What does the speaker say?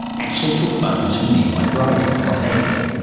actually took bones from a nearby grave, not ned's.